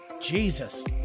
Jesus